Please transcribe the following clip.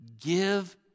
give